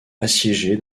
assiégée